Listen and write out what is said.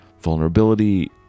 vulnerability